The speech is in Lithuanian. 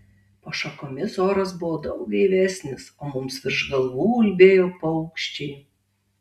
po šakomis oras buvo daug gaivesnis o mums virš galvų ulbėjo paukščiai